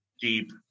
deep